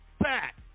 back